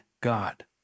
God